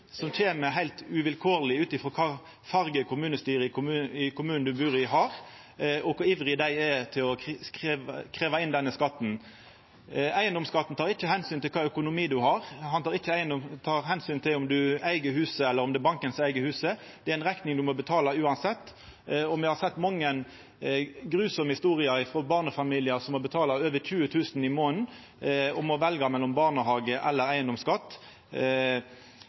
som kjem heilt uvilkårleg – ut frå fargen til kommunestyret i kommunen du bur i, og kor ivrige dei er til å krevja inn denne skatten. Eigedomsskatten tek ikkje omsyn til kva økonomi ein har, og han tek ikkje omsyn til om ein eig huset, eller om det er banken som eig huset. Det er ei rekning ein må betala uansett, og me har sett mange gruelege historier om barnefamiliar som må betala over 20 000 kr i månaden og må velja mellom barnehage og eigedomsskatt.